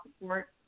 support